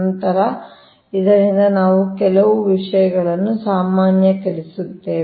ನಂತರ ಇದರಿಂದ ನಾವು ಕೆಲವು ವಿಷಯಗಳನ್ನು ಸಾಮಾನ್ಯೀಕರಿಸುವುದನ್ನು ನೋಡುತ್ತೇವೆ